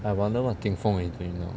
I wonder what ting feng is doing now